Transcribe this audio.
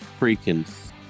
freaking